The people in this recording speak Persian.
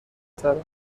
تره